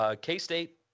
K-State